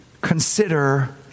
consider